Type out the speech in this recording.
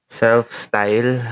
self-style